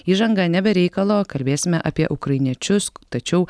įžanga ne be reikalo kalbėsime apie ukrainiečius tačiau